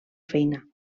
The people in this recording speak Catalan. feina